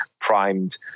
primed